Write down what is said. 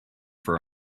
for